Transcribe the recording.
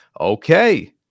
Okay